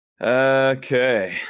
Okay